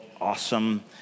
awesome